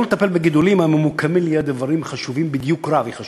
האפשרות לטפל בדיוק רב בגידולים הממוקמים ליד איברים חשובים היא חשובה.